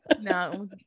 no